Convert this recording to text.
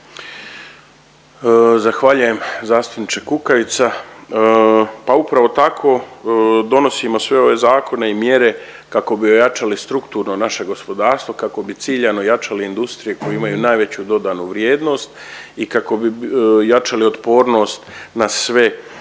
Zahvaljujem zastupniče Kukavica. Pa upravo tako, donosimo sve ove zakone i mjere kako bi ojačali strukturno naše gospodarstvo, kako bi ciljano jačali industrije koje imaju najveću dodanu vrijednost i kako bi jačali otpornost na sve egzogene